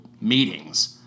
meetings